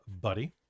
Buddy